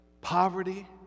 poverty